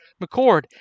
McCord